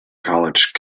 college